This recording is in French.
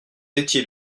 étiez